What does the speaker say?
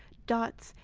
dots,